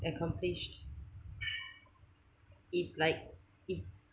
accomplished is like is